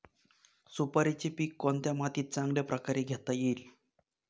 सुपारीचे पीक कोणत्या मातीत चांगल्या प्रकारे घेता येईल?